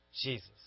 Jesus